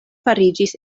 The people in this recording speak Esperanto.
fariĝis